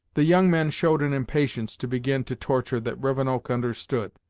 the young men showed an impatience to begin to torture that rivenoak understood,